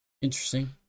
interesting